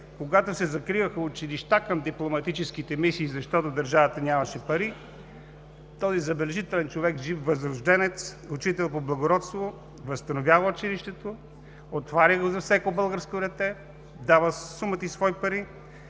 Когато се закриваха училища към дипломатическите мисии, защото държавата нямаше пари, този забележителен човек, жив възрожденец, учител по благородство възстановява училището, отваря го за всяко българско дете, дава сума ти свои пари,